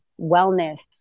wellness